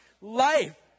life